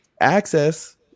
access